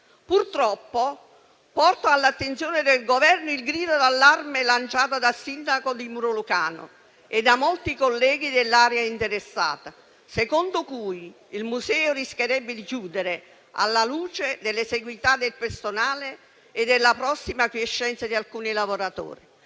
Purtroppo porto all'attenzione del Governo il grido d'allarme lanciato dal sindaco di Muro Lucano e da molti colleghi dell'area interessata, secondo cui il museo rischierebbe di chiudere alla luce dell'esiguità del personale e della prossima quiescenza di alcuni lavoratori.